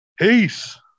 Peace